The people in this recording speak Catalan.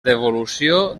devolució